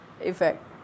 effect